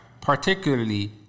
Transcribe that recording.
particularly